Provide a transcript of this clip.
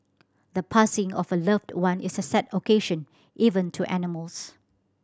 the passing of a loved one is a sad occasion even to animals